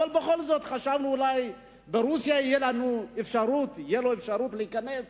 אבל בכל זאת חשבנו שאולי לרוסיה תהיה לו אפשרות להיכנס,